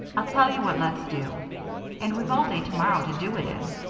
i'll tell you what let's do and we've all day tomorrow to do it in.